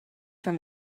from